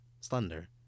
Slender